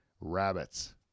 rabbits